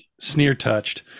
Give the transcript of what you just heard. sneer-touched